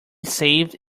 saved